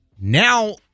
Now